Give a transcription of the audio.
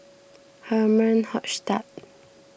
Herman Hochstadt